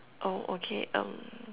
oh okay um